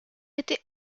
été